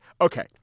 Okay